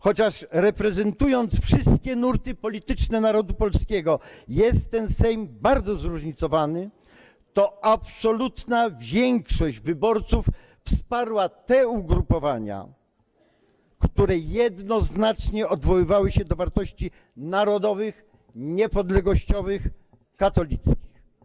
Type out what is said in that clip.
Chociaż reprezentując wszystkie nurty polityczne narodu polskiego, jest ten Sejm bardzo zróżnicowany, to absolutna większość wyborców wsparła te ugrupowania, które jednoznacznie odwoływały się do wartości narodowych, niepodległościowych, katolickich.